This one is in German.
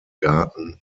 garten